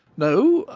no.